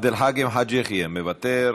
עבד אל חכים חאג' יחיא, מוותר,